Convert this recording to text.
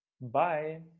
bye